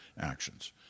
actions